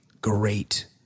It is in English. great